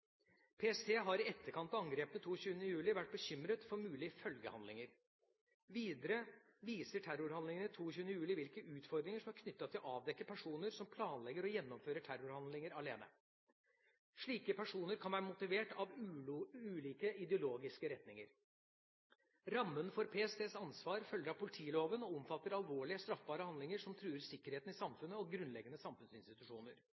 PST har i etterkant av angrepet 22. juli vært bekymret for mulige følgehandlinger. Videre viser terrorhandlingene 22. juli hvilke utfordringer som er knyttet til å avdekke personer som planlegger og gjennomfører terrorhandlinger alene. Slike personer kan være motivert av ulike ideologiske retninger. Rammen for PSTs ansvar følger av politiloven og omfatter alvorlige straffbare handlinger som truer sikkerheten i samfunnet og grunnleggende samfunnsinstitusjoner.